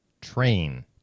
Train